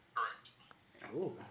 Correct